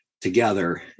together